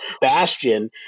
bastion